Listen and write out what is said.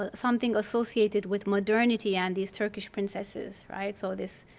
ah something associated with modernity and these turkish princesses, right? so there's